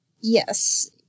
Yes